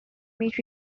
meet